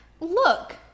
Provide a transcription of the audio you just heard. Look